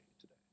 today